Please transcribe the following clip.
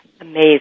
Amazing